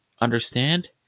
understand